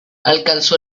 alcanzó